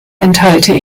enthalte